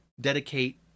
dedicate